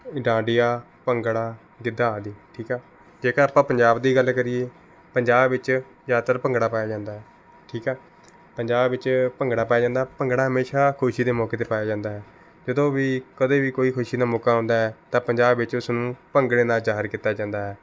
ਡਾਂਡੀਆਂ ਭੰਗੜਾ ਗਿੱਧਾ ਆਦਿ ਠੀਕ ਆ ਜੇਕਰ ਆਪਾਂ ਪੰਜਾਬ ਦੀ ਗੱਲ ਕਰੀਏ ਪੰਜਾਬ ਵਿੱਚ ਜ਼ਿਆਦਾਤਰ ਭੰਗੜਾ ਪਾਇਆ ਜਾਂਦਾ ਹੈ ਠੀਕ ਆ ਪੰਜਾਬ ਵਿੱਚ ਭੰਗੜਾ ਪਾਇਆ ਜਾਂਦਾ ਭੰਗੜਾ ਹਮੇਸ਼ਾਂ ਖੁਸ਼ੀ ਦੇ ਮੌਕੇ 'ਤੇ ਪਾਇਆ ਜਾਂਦਾ ਹੈ ਜਦੋਂ ਵੀ ਕਦੇ ਵੀ ਕੋਈ ਖੁਸ਼ੀ ਦਾ ਮੌਕਾ ਆਉਂਦਾ ਹੈ ਤਾਂ ਪੰਜਾਬ ਵਿੱਚ ਉਸਨੂੰ ਭੰਗੜੇ ਨਾਲ ਜ਼ਾਹਰ ਕੀਤਾ ਜਾਂਦਾ ਹੈ